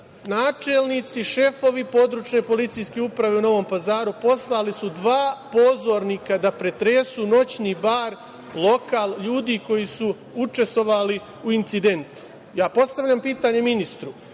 načelnici, šefovi područne Policijske uprave u Novom Pazaru poslali su dva pozornika da pretresu noćni bar, lokal ljudi koji su učestvovali u incidentu. Postavljam pitanje ministru